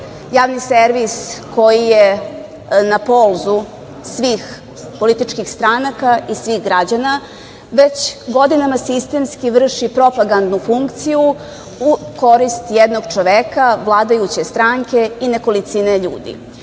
javni servis koji je na polzu svih političkih stranaka i svih građana, već godinama sistemski vrši propagandnu funkciju u korist jednog čoveka, vladajuće stranke i nekolicine